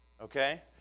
okay